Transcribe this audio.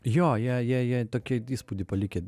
jo jie jie jie tokie įspūdį palikę